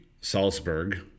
Salzburg